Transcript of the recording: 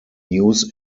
news